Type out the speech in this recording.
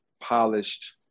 polished